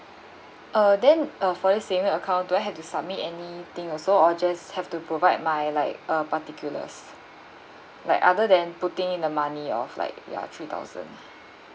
uh then uh for this saving account do I have to submit anything also or just have to provide my like uh particulars like other than putting in the money of flight ya three thousand